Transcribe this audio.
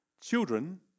Children